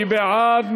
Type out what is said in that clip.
מי בעד?